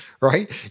right